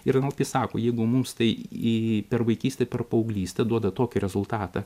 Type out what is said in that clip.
ir sako jeigu mums tai i per vaikystę per paauglystę duoda tokį rezultatą